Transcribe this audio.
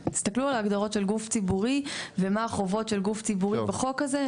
תסתכלו על ההגדרות של גוף ציבורי ומה החובות של גוף ציבורי בחוק הזה.